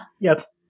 Yes